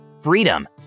freedom